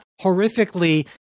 horrifically